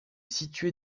située